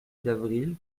d’avril